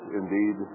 indeed